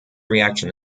reaction